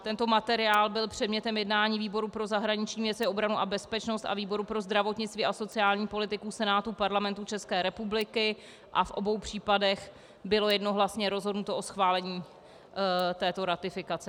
Tento materiál byl předmětem jednání výboru pro zahraniční věci, obranu a bezpečnost a výboru pro zdravotnictví a sociální politiku Senátu Parlamentu České republiky a v obou případech bylo jednohlasně rozhodnuto o schválení této ratifikace.